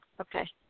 Okay